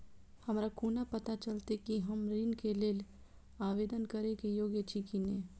हमरा कोना पताा चलते कि हम ऋण के लेल आवेदन करे के योग्य छी की ने?